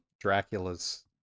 dracula's